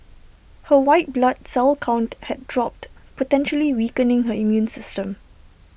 her white blood cell count had dropped potentially weakening her immune system